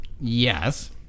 Yes